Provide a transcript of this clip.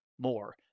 more